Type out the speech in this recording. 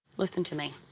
listen to me.